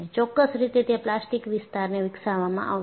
ચોક્કસ રીતે ત્યાં પ્લાસ્ટિક વિસ્તારને વિકસાવવામાં આવશે